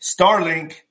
Starlink